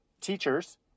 teachers